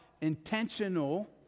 intentional